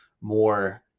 more